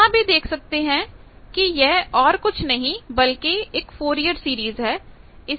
यहां भी देख सकते हैं कि यह और कुछ नहीं बल्कि एक फोरिअर सीरीज है